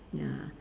ya